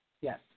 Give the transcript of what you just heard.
Yes